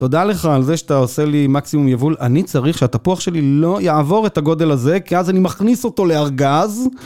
תודה לך על זה שאתה עושה לי מקסימום יבול. אני צריך שהתפוח שלי לא יעבור את הגודל הזה, כי אז אני מכניס אותו לארגז.